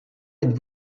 êtes